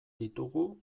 ditugu